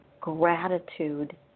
gratitude